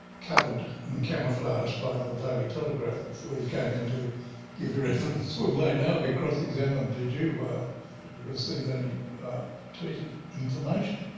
covered and camouflaged by the daily telegraph before you came in to give your evidence? will they now be cross-examined, did you um receive any tweeted information?